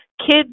Kids